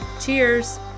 Cheers